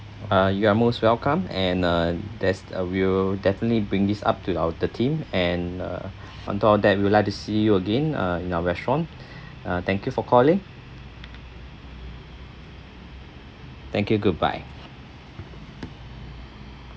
uh you are most welcome and uh there's we'll definitely bring this up to our the team and uh on top of that we'll like to see you again uh in our restaurant uh thank you for calling thank you goodbye